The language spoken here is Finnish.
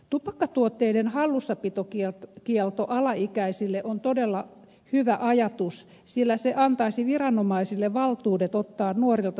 tupakkatuotteiden hallussapitokielto alaikäisille on todella hyvä ajatus sillä se antaisi viranomaisille valtuudet ottaa nuorilta tupakat pois